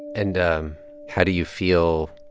and um how do you feel,